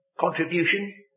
contribution